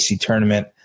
tournament